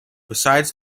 besides